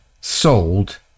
sold